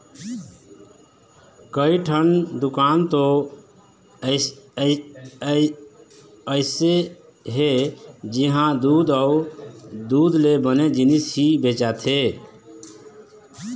कइठन दुकान तो अइसे हे जिंहा दूद अउ दूद ले बने जिनिस ही बेचाथे